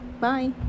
bye